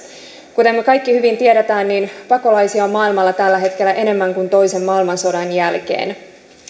kuten me kaikki hyvin tiedämme niin pakolaisia on maailmalla tällä hetkellä enemmän kuin toisen maailmansodan jälkeen